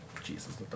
Jesus